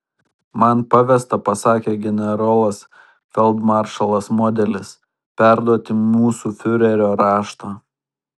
man pavesta pasakė generolas feldmaršalas modelis perduoti mūsų fiurerio raštą